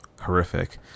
horrific